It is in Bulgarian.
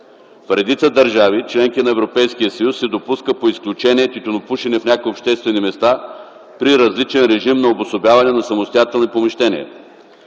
В редица държави – членки на Европейския съюз, се допуска по изключение тютюнопушене в някои обществени места, при различен режим на обособяване на самостоятелни помещения.